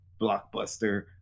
blockbuster